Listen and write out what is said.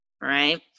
right